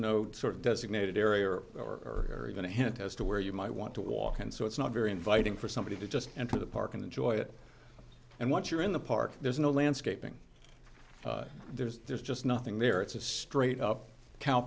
of designated area or or even a hint as to where you might want to walk and so it's not very inviting for somebody to just enter the park and enjoy it and once you're in the park there's no landscaping there's there's just nothing there it's a straight up cow